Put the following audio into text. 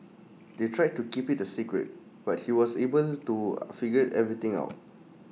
they tried to keep IT A secret but he was able to figure everything out